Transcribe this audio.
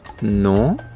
No